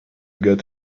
get